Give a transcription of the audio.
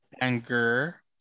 anger